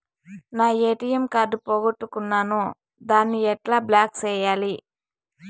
నా ATM card పోగొట్టుకున్నాను, దాన్ని ఎట్లా బ్లాక్ సేయాలి?